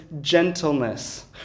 gentleness